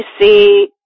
see